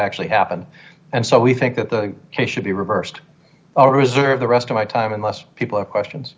actually happened and so we think that the case should be reversed all reserve the rest of my time unless people have questions